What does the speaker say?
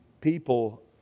people